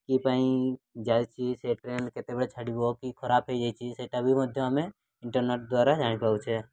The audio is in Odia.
କିପାଇଁ ଯାଇଛି ସେ ଟ୍ରେନ୍ କେତେବେଳେ ଛାଡ଼ିବ କି ଖରାପ ହୋଇଯାଇଛି ସେଇଟା ବି ମଧ୍ୟ ଆମେ ଇଣ୍ଟର୍ନେଟ୍ ଦ୍ୱାରା ଜାଣିପାରୁଛେ